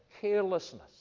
carelessness